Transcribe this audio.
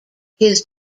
his